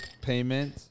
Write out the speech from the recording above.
payment